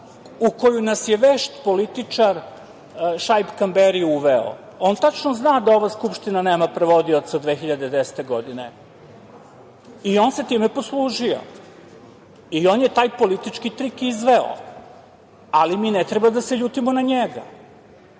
u koju nas vešt političar Šaip Kamberi uveo. On tačno zna da ova Skupština nema prevodioca od 2010. godine. On se time poslužio. On je taj politički trik izveo. Mi ne treba da se ljutimo na njega.